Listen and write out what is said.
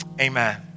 Amen